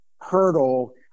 hurdle